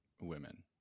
women